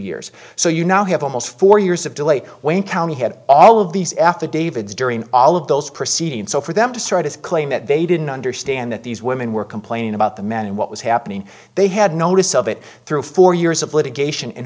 years so you now have almost four years of delay wayne county had all of these affidavits during all of those proceedings so for them to sort of claim that they didn't understand that these women were complaining about the men and what was happening they had notice of it through four years of litigation and